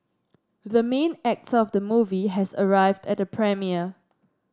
the main actor of the movie has arrived at the premiere